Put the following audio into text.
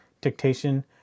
dictation